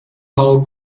how